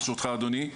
ברשותך אדוני.